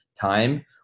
time